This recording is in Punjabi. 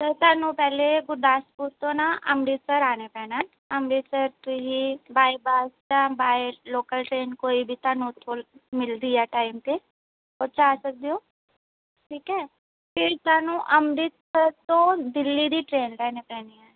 ਸਰ ਤੁਹਾਨੂੰ ਪਹਿਲੇ ਗੁਰਦਾਸਪੁਰ ਤੋਂ ਨਾ ਅੰਮ੍ਰਿਤਸਰ ਆਉਣਾ ਪੈਣਾ ਅੰਮ੍ਰਿਤਸਰ ਤੁਸੀਂ ਬਾਏ ਬੱਸ ਜਾਂ ਬਾਏ ਲੋਕਲ ਟ੍ਰੇਨ ਕੋਈ ਵੀ ਤੁਹਾਨੂੰ ਉੱਥੋਂ ਮਿਲਦੀ ਹੈ ਟਾਈਮ 'ਤੇ ਉਹ 'ਚ ਆ ਸਕਦੇ ਹੋ ਠੀਕ ਹੈ ਫਿਰ ਤੁਹਾਨੂੰ ਅੰਮ੍ਰਿਤਸਰ ਤੋਂ ਦਿੱਲੀ ਦੀ ਟ੍ਰੇਨ ਲੈਣੀ ਪੈਣੀ ਹੈ